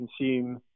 consume